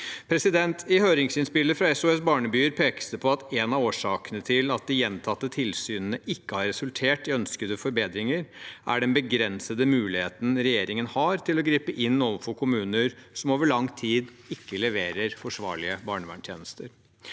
I høringsinnspillet fra SOS-barnebyer pekes det på at en av årsakene til at de gjentatte tilsynene ikke har resultert i ønskede forbedringer, er den begrensede muligheten regjeringen har til å gripe inn overfor kommuner som over lang tid ikke leverer forsvarlige barnevernstjenester.